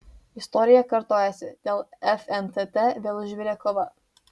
istorija kartojasi dėl fntt vėl užvirė kova